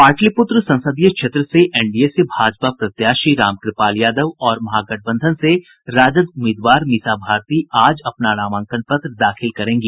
पाटलिपुत्र संसदीय क्षेत्र से एनडीए से भाजपा प्रत्याशी रामकृपाल यादव और महागठबंधन से राजद उम्मीदवार मीसा भारती आज अपना नामांकन पत्र दाखिल करेंगी